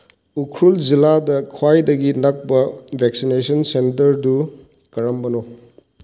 ꯎꯈ꯭ꯔꯨꯜ ꯖꯤꯂꯥꯗ ꯈ꯭ꯋꯥꯏꯗꯒꯤ ꯅꯛꯄ ꯚꯦꯛꯁꯤꯅꯦꯁꯟ ꯁꯦꯟꯇꯔꯗꯨ ꯀꯔꯝꯕꯅꯣ